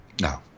No